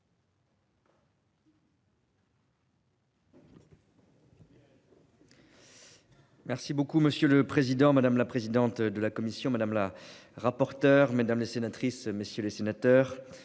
Merci beaucoup monsieur le président, madame la présidente de la commission, madame la rapporteure mesdames les sénatrices messieurs les sénateurs.